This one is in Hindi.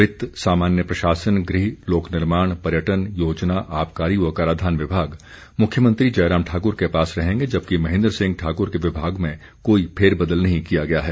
वित्त सामान्य प्रशासन गृह लोक निर्माण पर्यटन योजना आबकारी व कराधान विभाग मुख्यमंत्री जयराम ठाकुर के पास रहेंगे जबकि महेन्द्र सिंह ठाकुर के विभाग में कोई फेरबदल नहीं किया गया है